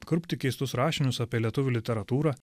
kurpti keistus rašinius apie lietuvių literatūrą